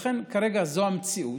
לכן כרגע זאת המציאות.